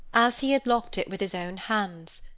as he had locked it with his own hands,